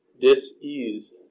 dis-ease